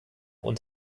und